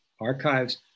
archives